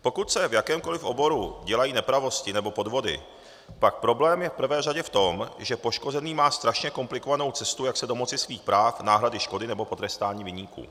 Pokud se v jakémkoli oboru dělají nepravosti nebo podvody, pak problém je v prvé řadě v tom, že poškozený má strašně komplikovanou cestu, jak se domoci svých práv, náhrady škody nebo potrestání viníků.